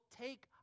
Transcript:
take